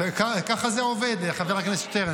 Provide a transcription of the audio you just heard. ככה זה עובד, חבר הכנסת שטרן.